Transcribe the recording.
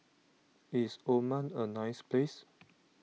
is Oman a nice place